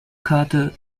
karte